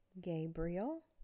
Gabriel